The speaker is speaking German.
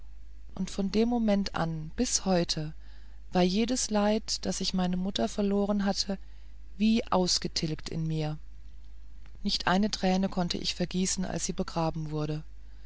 und von dem moment an bis heute war jedes leid daß ich meine mutter verloren hatte wie ausgetilgt in mir nicht eine träne konnte ich vergießen als sie begraben wurde